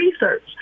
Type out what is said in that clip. research